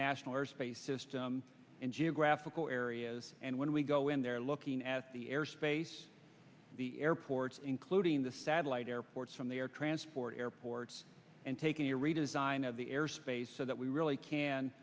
national airspace system and geographical areas and when we go in there looking at the air space the airports including the satellite airports from the air transport airports and taking a redesign of the air space so that we really can